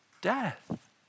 death